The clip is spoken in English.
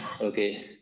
okay